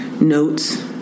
notes